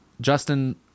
justin